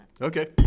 Okay